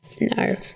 No